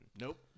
Nope